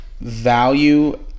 value